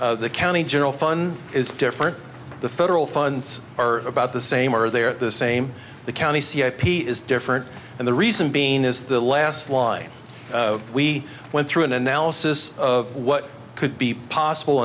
same county general fun is different the federal funds are about the same or they are the same the county c a p is different and the reason being is the last line we went through an analysis of what could be possible